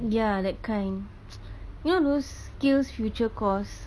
ya that kind you know those skillsfuture course